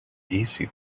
easy